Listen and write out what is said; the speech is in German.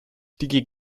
die